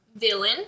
villain